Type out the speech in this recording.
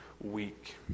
week